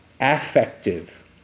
affective